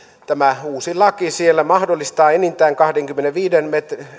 tämä uusi laki siellä mahdollistaa enintään kahdenkymmenenviiden